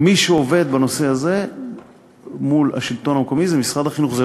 מי שעובד בנושא הזה מול השלטון המקומי זה משרד החינוך.